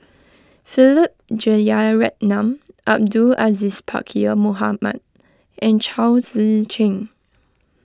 Philip Jeyaretnam Abdul Aziz Pakkeer Mohamed and Chao Tzee Cheng